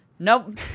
nope